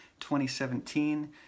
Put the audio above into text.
2017